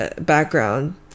background